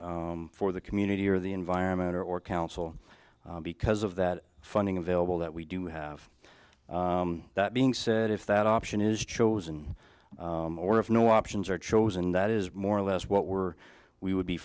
for the community or the environment or or council because of that funding available that we do have that being said if that option is chosen or if no options are chosen that is more or less what we're we would be